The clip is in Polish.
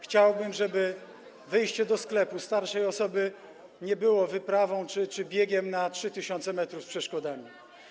Chciałbym, żeby wyjście do sklepu starszej osoby nie było wyprawą czy biegiem na 3000 m z przeszkodami.